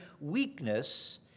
weakness